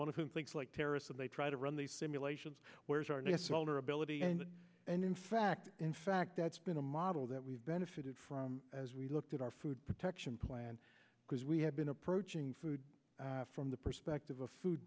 whom thinks like terrorists and they try to run these simulations where is our new solar ability and and in fact in fact that's been a model that we've benefited from as we looked at our food protection plan because we have been approaching food from the perspective of food